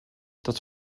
dat